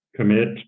Commit